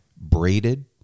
braided